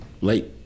late